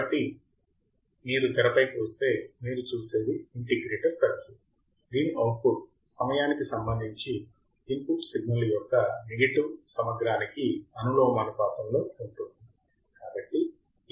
కాబట్టి మీరు తెరపైకి వస్తే మీరు చూసేది ఇంటిగ్రేటర్ సర్క్యూట్ దీని అవుట్పుట్ సమయానికి సంబంధించి ఇన్పుట్ సిగ్నల్ యొక్క నెగెటివ్ సమగ్రానికి అనులోమానుపాతంలో ఉంటుంది